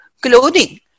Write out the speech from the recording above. clothing